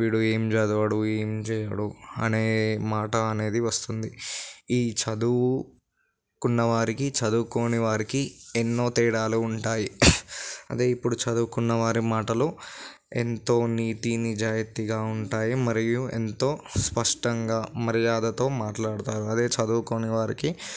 వీడు ఏం చదవడు ఏం చేయడు అనే మాట అనేది వస్తుంది ఈ చదువుకున్న వారికి చదువుకోని వారికి ఎన్నో తేడాలు ఉంటాయి అదే ఇప్పుడు చదువుకున్న వారి మాటలు ఎంతో నీతి నిజాయితీగా ఉంటాయి మరియు ఎంతో స్పష్టంగా మర్యాదతో మాట్లాడతారు అదే చదువుకోని వారికి